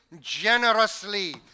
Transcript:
generously